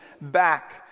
back